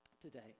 today